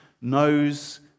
knows